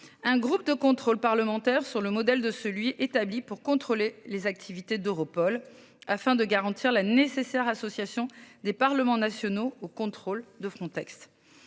un groupe de contrôle parlementaire sur le modèle de celui établi pour contrôler les activités d'Europol, afin de garantir la nécessaire association des Parlements nationaux au contrôle de Frontex.